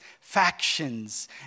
factions